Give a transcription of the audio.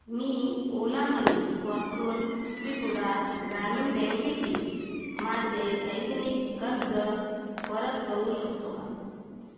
मी Ola money वापरून त्रिपुरा ग्रामीण बँकेतील माझे शैक्षणिक कर्ज परत करू शकतो का